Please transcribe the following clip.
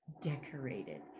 decorated